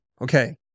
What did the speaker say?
Okay